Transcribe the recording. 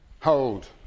hold